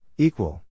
Equal